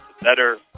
better